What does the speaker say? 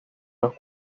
los